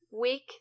week